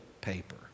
paper